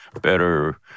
better